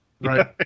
Right